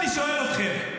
ועכשיו אני שואל אתכם,